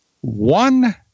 one